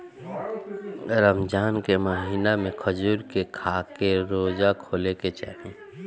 रमजान के महिना में खजूर के खाके रोज़ा खोले के चाही